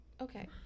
Okay